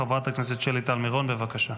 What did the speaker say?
חברת הכנסת שלי טל מירון, בבקשה.